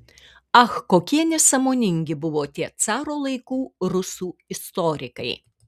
ach kokie nesąmoningi buvo tie caro laikų rusų istorikai